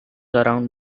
around